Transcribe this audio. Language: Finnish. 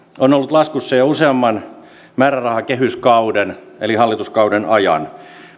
on ollut laskussa jo useamman määrärahakehyskauden eli hallituskauden ajan